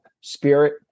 spirit